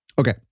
Okay